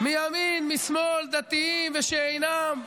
מימין משמאל, דתיים ושאינם,